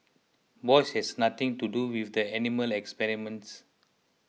Bosch has nothing to do with the animal experiments